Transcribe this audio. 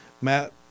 Matt